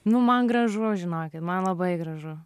nu man gražu žinokit man labai gražu